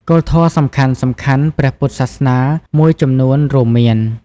គោលធម៌សំខាន់ៗព្រះពុទ្ធសាសនាមួយចំនួនរួមមាន។